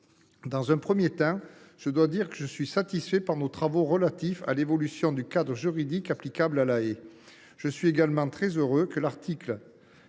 Dans un premier temps, je dois dire que je suis satisfait par nos travaux relatifs à l’évolution du cadre juridique applicable à la haie. Je suis également très heureux que l’article